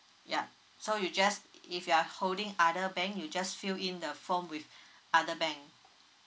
yup so you just if you are holding other bank you just fill in the form with other bank